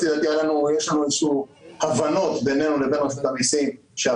יש איזשהן הבנות בינינו לבין רשות המסים שיש